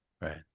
Right